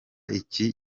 iki